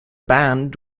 band